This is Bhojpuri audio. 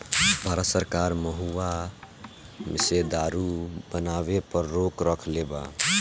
भारत सरकार महुवा से दारू बनावे पर रोक रखले बा